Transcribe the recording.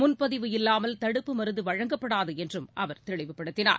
முன்பதிவு இல்லாமல் தடுப்பு மருந்து வழங்கப்படாது என்றும் அவர் தெளிவுபடுத்தினார்